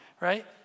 right